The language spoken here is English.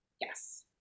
Yes